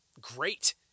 great